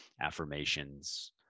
affirmations